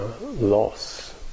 loss